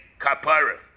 kapara